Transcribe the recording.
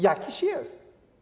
Jakiś jest.